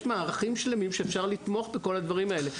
יש מערכים שלמים, שאפשר לתמוך בכל הדברים האלה.